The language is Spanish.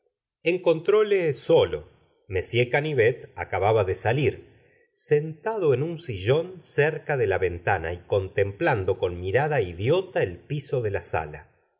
á la vainilla homais volvió á casa de bovary encontróle solo m canivet acababa de salir sentado en un sillón cerca de la ventana y contemplando con mirada idiota el piso de la sala